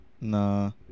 No